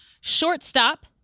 Shortstop